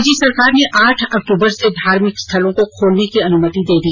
राज्य सरकार ने आठ अक्टूबर से धार्मिक स्थलों को खोलने की अनुमति दे दी